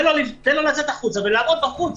תן לו לצאת החוצה ולעבוד בחוץ.